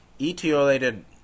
Etiolated